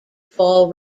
fall